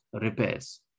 repairs